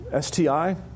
STI